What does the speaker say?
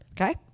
Okay